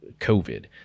COVID